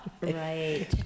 Right